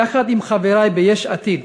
יחד עם חברי ביש עתיד,